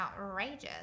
outrageous